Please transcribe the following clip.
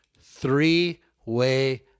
Three-way